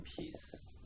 peace